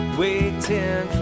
waiting